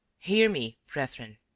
hear me, brethren,